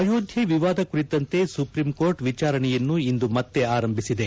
ಅಯೋಧ್ವೆ ವಿವಾದ ಕುರಿತಂತೆ ಸುಪ್ರೀಂಕೋರ್ಟ್ ವಿಚಾರಣೆಯನ್ನು ಇಂದು ಮತ್ತೆ ಆರಂಭಿಸಿದೆ